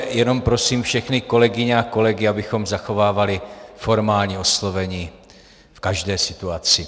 Jenom prosím všechny kolegyně a kolegy, abychom zachovávali formální oslovení v každé situaci.